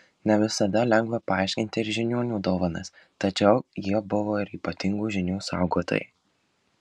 ne visada lengva paaiškinti ir žiniuonių dovanas tačiau jie buvo ir ypatingų žinių saugotojai